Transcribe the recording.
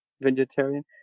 vegetarian